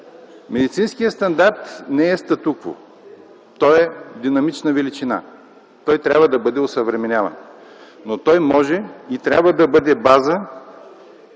Медицинският стандарт не е статукво. Той е динамична величина. Той трябва да бъде осъвременяван. Той може и трябва да бъде база